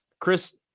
Chris